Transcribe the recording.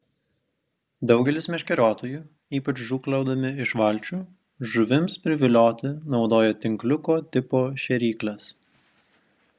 daugelis meškeriotojų ypač žūklaudami iš valčių žuvims privilioti naudoja tinkliuko tipo šėrykles